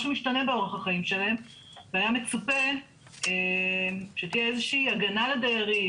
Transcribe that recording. משהו ישתנה באורח החיים שלהם והיא מצופה שתהיה איזה שהיא הגנה לדיירים,